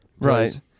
Right